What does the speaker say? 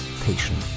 Patient